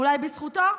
אולי בזכותו?